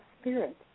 spirit